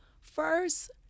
first